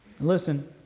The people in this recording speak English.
Listen